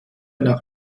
nach